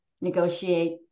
negotiate